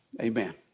Amen